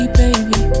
baby